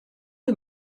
est